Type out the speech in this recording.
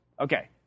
Okay